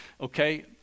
okay